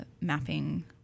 mapping